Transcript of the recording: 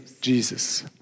Jesus